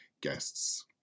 guests